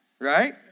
Right